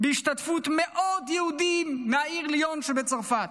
בהשתתפות מאות יהודים מהעיר ליון שבצרפת,